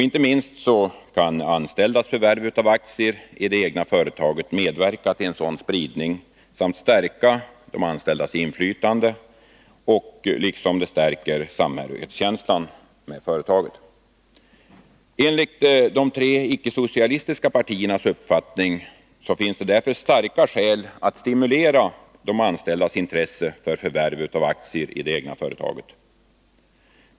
Inte minst anställdas förvärv av aktier i det egna företaget kan medverka till en sådan spridning, samtidigt som det stärker de anställdas inflytande och känslan av samhörighet med företaget. Enligt de tre icke socialistiska partiernas uppfattning finns därför starka skäl för att stimulera de anställdas intresse för förvärv av aktier i det egna företaget.